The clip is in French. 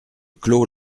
clos